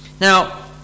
Now